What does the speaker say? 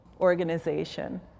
organization